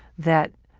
that